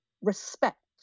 respect